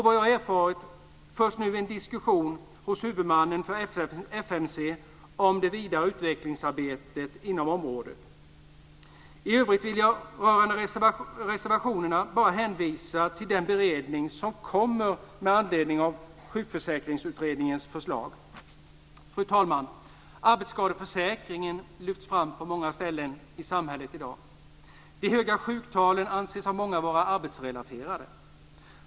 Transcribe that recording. Vad jag erfarit förs nu diskussioner hos huvudmannen för I övrigt vill jag rörande reservationerna bara hänvisa till den beredning som kommer med anledning av Sjukförsäkringsutredningens förslag. Fru talman! Arbetsskadeförsäkringen lyfts fram på många ställen i samhället i dag. De höga sjuktalen anses av många vara arbetsrelaterade.